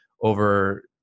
over